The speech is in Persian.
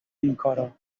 اینکارا